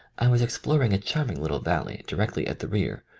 i was exploring a charming little val ley, directly at the rear,